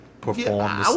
perform